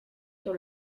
sur